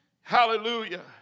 Hallelujah